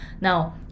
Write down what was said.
Now